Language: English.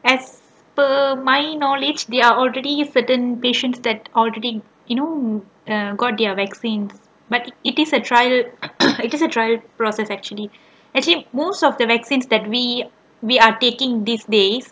as per my knowledge there are already certain patient that already you know um got their vaccine but it is a trial it is a trial process actually actually most of the vaccines that we we are taking these days